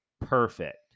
perfect